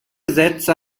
sätze